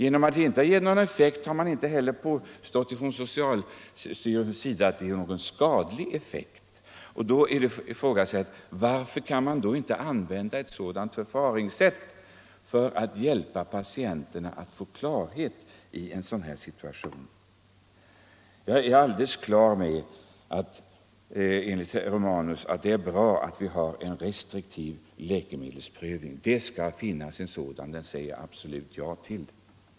Därmed har ju socialstyrelsen sagt att de inte heller ger någon skadlig effekt. Varför kan man då inte använda ett sådan förfaringssätt för att hjälpa patienter att få klarhet i situationen? Jag instämmer helt med herr Romanus när han säger att det är bra att vi har en restriktiv läkemedelsprövning. En sådan skall finnas —- den säger jag absolut ja till.